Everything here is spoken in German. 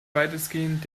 weitestgehend